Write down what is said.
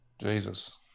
Jesus